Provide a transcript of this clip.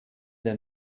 der